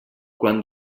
quan